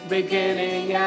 Beginning